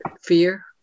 fear